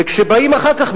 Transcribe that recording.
וכשבאים אחר כך,